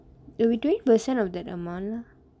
it'll be twenty percent of that amount lah